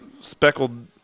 speckled